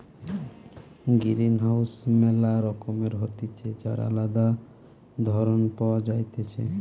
greenhouse ম্যালা রকমের হতিছে যার আলদা ধরণ পাওয়া যাইতেছে